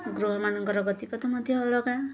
ଗୃହମାନଙ୍କର ଗତିପଥ ମଧ୍ୟ ଅଲଗା